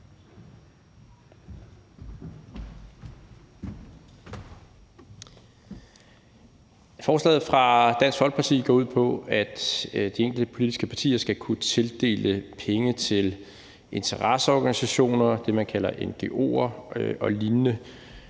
Forslaget fra Dansk Folkeparti går ud på, at de enkelte politiske partier skal kunne tildele penge til interesseorganisationer og det, man kalder ngo'er, samt lignende